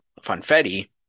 funfetti